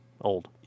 old